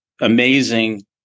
amazing